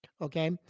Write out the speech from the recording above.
Okay